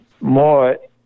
more